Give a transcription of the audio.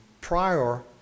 prior